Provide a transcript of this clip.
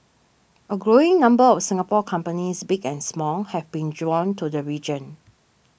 a growing number of Singapore companies big and small have been drawn to the region